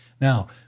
Now